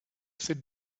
sit